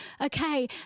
okay